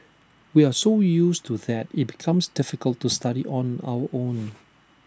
we are so used to that IT becomes difficult to study on our own